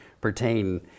pertain